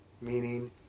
meaning